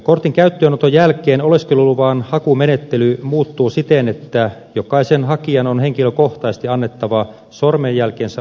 kortin käyttöönoton jälkeen oleskeluluvan hakumenettely muuttuu siten että jokaisen hakijan on henkilökohtaisesti annettava sormenjälkensä oleskelulupakorttia varten